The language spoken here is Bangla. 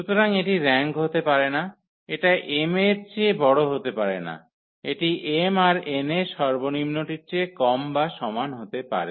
সুতরাং এটি র্যাঙ্ক হতে পারে না এটা m এর চেয়ে বড় হতে পারে না এটি m আর n এর সর্বনিম্নটির চেয়ে কম বা সমান হতে পারে